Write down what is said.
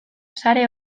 sare